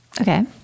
Okay